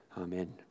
amen